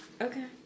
Okay